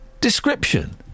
description